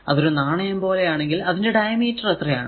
അത് ഒരു നാണയം പോലെ ആണെങ്കിൽ അതിന്റെ ഡയമീറ്റർ എത്രയാണ്